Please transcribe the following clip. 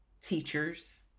teachers